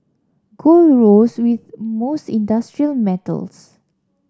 gold rose with most industrial metals